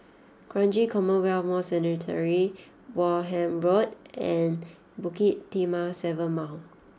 Kranji Commonwealth War Cemetery Wareham Road and Bukit Timah Seven Mile